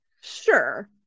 sure